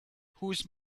whose